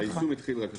היישום החל רק השנה.